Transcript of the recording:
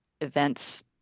events